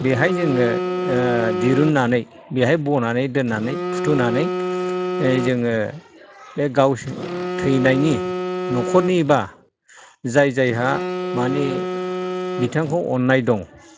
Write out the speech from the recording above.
बेहाय जोङो दिरुन्नानै बेहाय बनानै दोन्नानै फुथुनानै जोङो बे गावसोर थैनायनि न'खरनिबा जाय जायहा मानि बिथांखौ अन्नाय दं